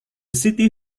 city